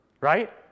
Right